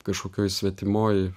kažkokioj svetimoj